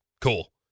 Cool